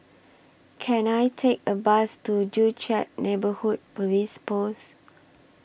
Can I Take A Bus to Joo Chiat Neighbourhood Police Post